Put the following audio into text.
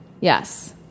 Yes